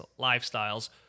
lifestyles